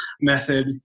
method